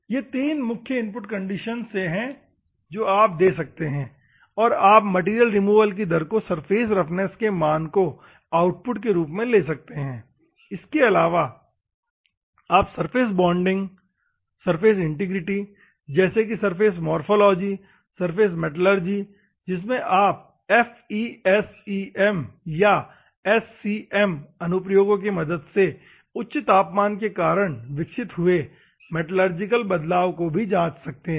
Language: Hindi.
ये तीन मुख्य इनपुट कंडीशन से है जो आप दे सकते हैं और आप मैटेरियल रिमूवल की दर को और सरफेस रफनेस के मान को आउटपुट के रूप में ले सकते हैं इसके आलावा आप सरफेस बॉन्डिंग सरफेस इंटीग्रिटी जैसे कि सरफेस मोरफ़ोलॉजी सरफेस मेटलर्जी जिसमे आप FESEM या SCM अनुप्रोगो के मदद से उच्च तापमान के कारण विकसित हुए मेटलर्जिकल बदलाव को भी जांच सकते हैं